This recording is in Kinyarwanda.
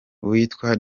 uwitwa